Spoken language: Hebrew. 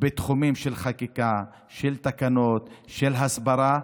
בתחומים של חקיקה, של תקנות, של הסברה,